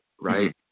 right